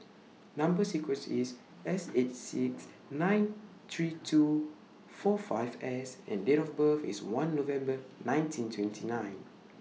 Number sequence IS S eight six nine three two four five S and Date of birth IS one November nineteen twenty nine